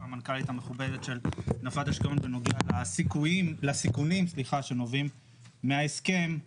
המנכ"לית המכובדת של נפת אשקלון בנוגע לסיכונים שנובעים מההסכם,